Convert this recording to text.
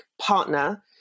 partner